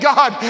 God